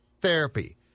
therapy